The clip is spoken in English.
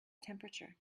temperature